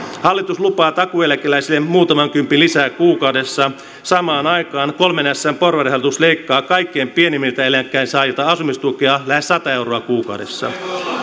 hallitus lupaa takuueläkeläisille muutaman kympin lisää kuukaudessa samaan aikaan kolmen ässän porvarihallitus leikkaa kaikkein pienimmän eläkkeen saajilta asumistukea lähes sata euroa kuukaudessa